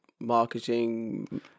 marketing